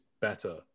better